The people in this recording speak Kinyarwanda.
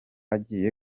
agiye